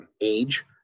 Age